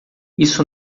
isso